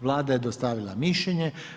Vlada je dostavila mišljenje.